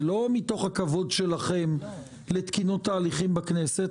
זה לא מתוך הכבוד שלכם לתקינות תהליכים בכנסת.